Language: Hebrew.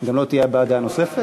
גם לא תהיה הבעת דעה נוספת?